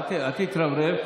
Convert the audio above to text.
אל תתרברב,